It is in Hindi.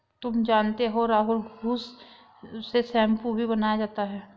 तुम जानते हो राहुल घुस से शैंपू भी बनाया जाता हैं